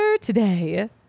today